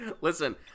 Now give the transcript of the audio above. listen